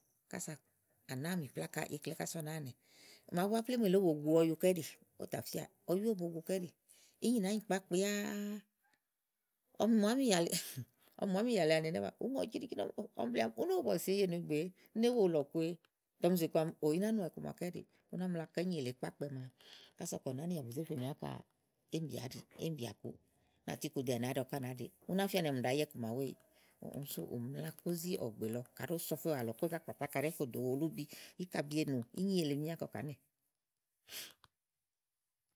Kása à nàáa mì pláka íkle kasa ú náa nè màaɖu búá plémú èle ówó bòo gu ɔyu kɔ íɖì ówó tà fíàà ínyi nàá nyi kpàákpɛ́á màa ɔmi mù ámìyà le àni ɛnɛ́ ma ùú ŋɔ ciɖi ciɖi ɔmi bleèà ni ó nó wo bɔ̀sì eye nùegbèé néèé wo lɔ̀ kue tè ɔmi zè kɔà ni ò í ná nɔà iku maké ɛɖíì ú ná mla kɔ ínyi èle kpákpɛ ása kɔ ɔ̀wɔ̀ nì ánìyà bu zé fenì ákà éèmi bìà áɖì éèmìbìà kuù ka ù tu iku ɖe à nàá ɖe ɔwɔ ká nàá ɖe ú ná fía ni ɔ̀mì ɖàa yá iku màaɖu éyìì. úni sú ù mla kó zì ɔgbè lɔ kàɖi ówó so ɔfɛ́ wa àlɔ kó zá kpàtà ákà ɖɛ́ɛ́ fò dò uwolú bí íkabi ènù, ínyi ele míá kɔ kàá nè.